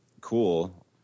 cool